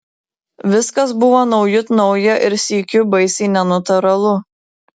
viskas buvo naujut nauja ir sykiu baisiai nenatūralu